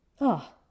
Ah